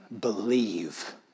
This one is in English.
believe